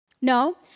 No